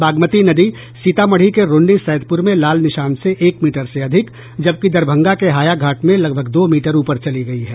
बागमती नदी सीतामढ़ी के रून्नी सैदपुर में लाल निशान से एक मीटर से अधिक जबकि दरभंगा के हायाघाट में लगभग दो मीटर ऊपर चली गयी है